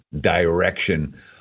direction